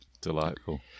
Delightful